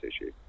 issue